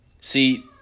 See